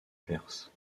perse